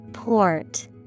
Port